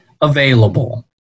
available